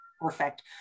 Perfect